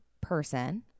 person